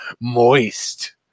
moist